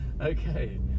Okay